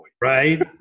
Right